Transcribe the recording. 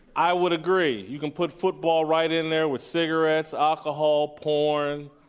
i would agree, you can put football right in there with cigarettes, alcohol, porn,